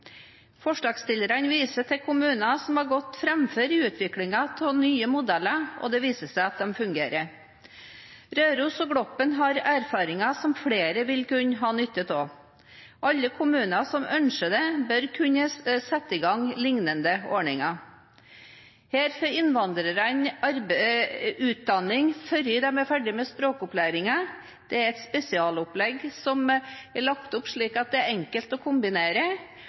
Forslagsstillerne viser til kommuner som har gått foran i utviklingen av nye modeller, og det viser seg at de fungerer. Røros og Gloppen har erfaringer som flere vil kunne ha nytte av. Alle kommuner som ønsker det, bør kunne sette i gang lignende ordninger. Der får innvandrerne utdanning før de er ferdige med språkopplæringen. Det er et spesialopplegg som er lagt opp slik at det er enkelt å kombinere,